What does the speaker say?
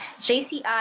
JCI